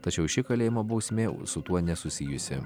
tačiau ši kalėjimo bausmė su tuo nesusijusi